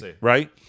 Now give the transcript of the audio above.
right